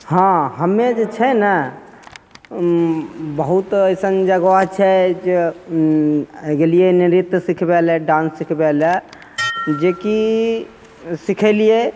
हाँ हमे जे छै ने बहुत अइसन जगह छै जे गेलिए ने नृत्य सिखबैले डान्स सिखबैले जेकि सिखेलिए